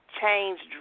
changed